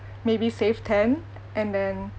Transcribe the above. maybe save ten and then